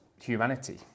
Humanity